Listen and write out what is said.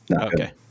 Okay